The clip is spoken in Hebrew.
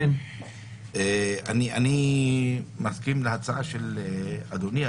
אני מסכים להצעה של אדוני,